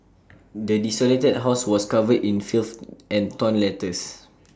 the desolated house was covered in filth and torn letters